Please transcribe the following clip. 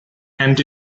and